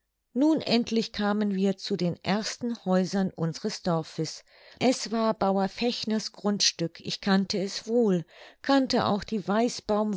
nun endlich kamen wir zu den ersten häusern unseres dorfes es war bauer fechners grundstück ich kannte es wohl kannte auch die